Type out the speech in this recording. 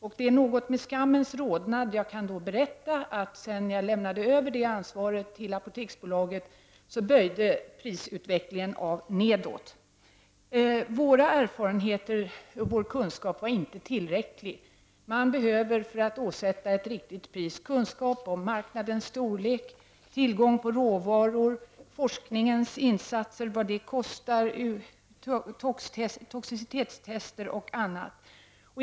Det är med något av en skammens rodnad som jag kan berätta att kurvan för prisutvecklingen böjde av nedåt sedan jag lämnade över det ansvaret till Apoteksbolaget. Våra erfarenheter och vår kunskap var inte tillräckliga. Man behöver för att åsätta ett riktigt pris kunskap om marknadens storlek, tillgång på råvaror, vad forskningens insatser kostar — toxicitetstester och annat.